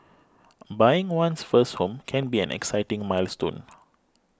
buying one's first home can be an exciting milestone